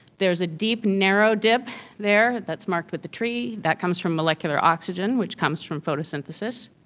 there's a deep narrow dip there that's marked with a tree, that comes from molecular oxygen which comes from photosynthesis.